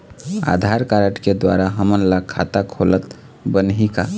आधार card के द्वारा हमन ला खाता खोलत बनही का?